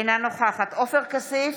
אינה נוכחת עופר כסיף,